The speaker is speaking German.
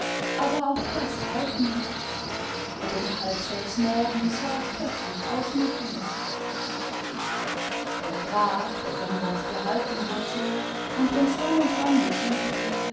aber auch das half nichts und um halb sechs morgens war es plötzlich aus mit ihm der graf der sein wort gehalten hatte und uns dann und wann besuchte